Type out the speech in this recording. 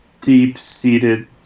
deep-seated